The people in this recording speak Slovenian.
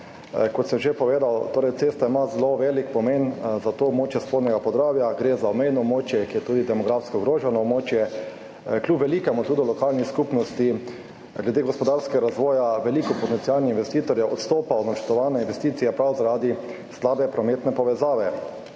Kot sem že povedal, cesta ima zelo velik pomen za območje Spodnjega Podravja. Gre za obmejno območje, ki je tudi demografsko ogroženo območje. Kljub velikemu trudu lokalnih skupnosti glede gospodarskega razvoja veliko potencialnih investitorjev odstopa od načrtovane investicije prav zaradi slabe prometne povezave.